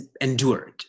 endured